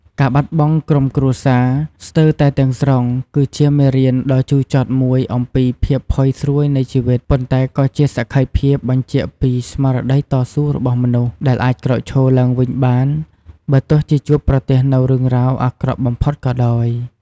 ការបាត់បង់ក្រុមគ្រួសារស្ទើរតែទាំងស្រុង គឺជាមេរៀនដ៏ជូរចត់មួយអំពីភាពផុយស្រួយនៃជីវិត ប៉ុន្តែក៏ជាសក្ខីភាពបញ្ជាក់ពី ស្មារតីតស៊ូរបស់មនុស្ស ដែលអាចក្រោកឈរឡើងវិញបាន បើទោះជាជួបប្រទះនូវរឿងរ៉ាវអាក្រក់បំផុតក៏ដោយ។